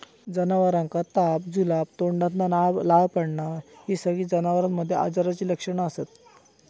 जनावरांका ताप, जुलाब, तोंडातना लाळ पडना हि सगळी जनावरांमध्ये आजाराची लक्षणा असत